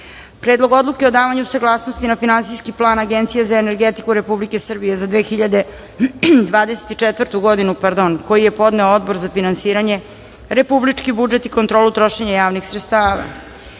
Predlog odluke o davanju saglasnosti na Finansijski plan Agencije za energetiku Republike Srbije za 2024. godinu, koji je podneo Odbor za finansije, republički budžet i kontrolu trošenja javnih sredstava;35.